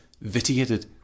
vitiated